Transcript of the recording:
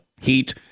Heat